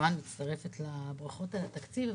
מצטרפת לברכות על התקציב.